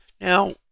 Now